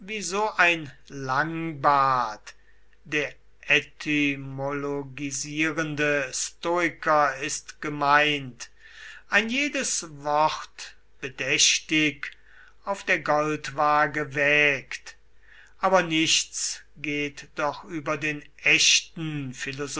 so ein langbart der etymologisierende stoiker ist gemeint ein jedes wort bedächtig auf der goldwaage wägt aber nichts geht doch über den echten